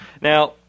Now